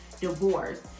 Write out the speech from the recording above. divorce